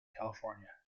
california